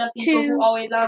two